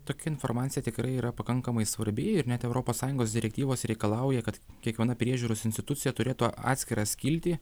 tokia informacija tikrai yra pakankamai svarbi ir net europos sąjungos direktyvos reikalauja kad kiekviena priežiūros institucija turėtų atskirą skiltį